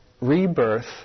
rebirth